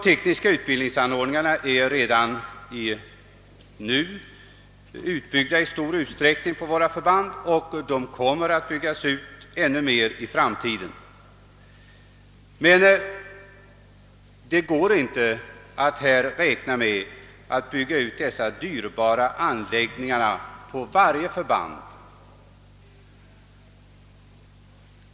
Tekniska utbildningsanordningar är redan i stor utsträckning utbyggda på våra förband och kommer att byggas ut ännu mer i framtiden. Men det går inte att bygga ut sådana dyrbara anläggningar av flera slag på varje förband.